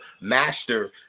master